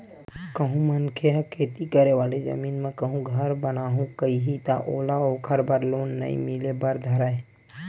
कहूँ मनखे ह खेती करे वाले जमीन म कहूँ घर बनाहूँ कइही ता ओला ओखर बर लोन नइ मिले बर धरय